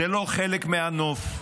זה לא חלק מהנוף,